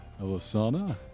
Elisana